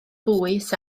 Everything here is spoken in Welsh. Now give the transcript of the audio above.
bwys